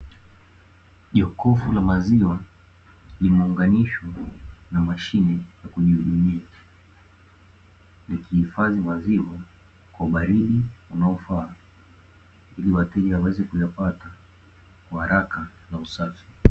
Jokofu la maziwa limeunganishwa na mashine ya kujihudumia, likihifadhi maziwa kwa ubaridi unaofaa ili wateja waweze kuyapata kwa haraka na usafi.